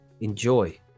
Enjoy